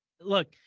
look